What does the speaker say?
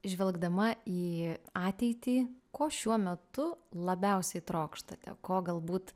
žvelgdama į ateitį ko šiuo metu labiausiai trokštate ko galbūt